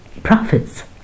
prophets